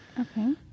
Okay